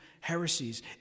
heresies